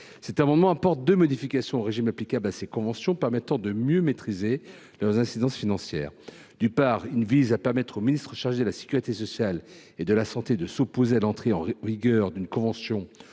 tend à introduire deux modifications au régime applicable à ces conventions, afin de mieux en maîtriser les répercussions financières. D’une part, il vise à permettre au ministre chargé de la sécurité sociale et de la santé de s’opposer à l’entrée en vigueur d’une convention